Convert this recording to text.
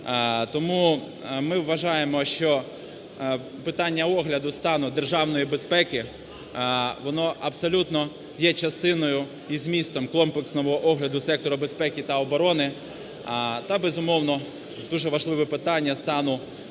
Тому ми вважаємо, що питання огляду стану державної безпеки, воно абсолютно є частиною і змістом комплексного огляду сектору безпеки та оборони, та, безумовно, дуже важливе питання стану дотримання Закону